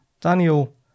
Daniel